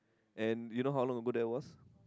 and you know how long ago that was